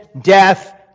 death